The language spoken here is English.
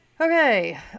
Okay